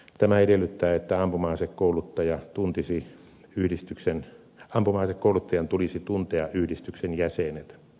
tämä edellyttää että ampuma asekouluttajan tulisi tuntea yhdistyksen jäsenet